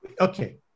Okay